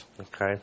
Okay